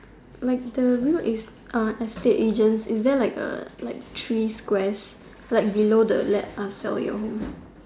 like the real estate agent is there like a like three squares like below the let us sell your home